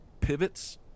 pivots